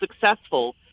successful